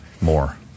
More